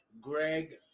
Greg